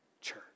church